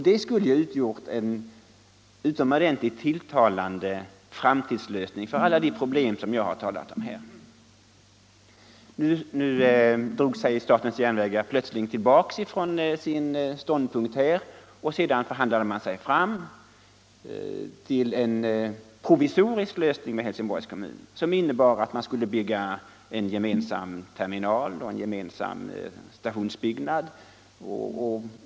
Det skulle utgjort en utomordentligt tilltalande framtidslösning av alla de problem som jag talat om här. Nu drog sig statens järnvägar plötsligt tillbaka från sin ståndpunkt och sedan förhandlade man sig fram till en provisorisk lösning med Helsingborgs kommun, som innebar att man skulle uppföra en gemensam terminal och en gemensam stationsbyggnad.